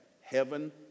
Heaven